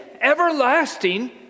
everlasting